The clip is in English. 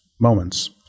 moments